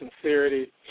sincerity